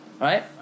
Right